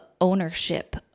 ownership